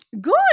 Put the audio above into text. Good